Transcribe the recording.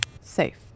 Safe